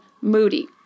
moody